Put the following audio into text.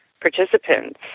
participants